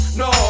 no